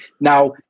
Now